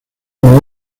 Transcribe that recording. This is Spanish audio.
mudó